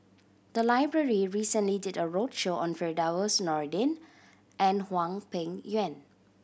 the library recently did a roadshow on Firdaus Nordin and Hwang Peng Yuan